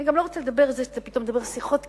אני גם לא רוצה לדבר על זה שאתה פתאום מדבר שיחות קרבה.